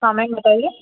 हाँ मैम बताइए